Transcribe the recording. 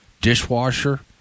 dishwasher